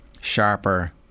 sharper